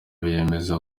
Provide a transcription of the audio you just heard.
biyemeza